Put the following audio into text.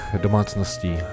domácností